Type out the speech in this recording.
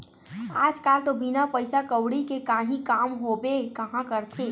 आज कल तो बिना पइसा कउड़ी के काहीं काम होबे काँहा करथे